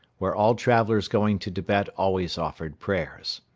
where all travelers going to tibet always offered prayers.